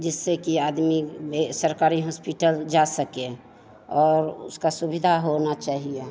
जिससे कि आदमी सरकारी हॉस्पिटल जा सके और उसकी सुविधा होनी चाहिए